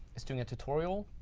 is doing a tutorial,